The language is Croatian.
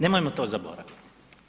Nemojmo to zaboraviti.